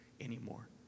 anymore